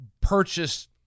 purchase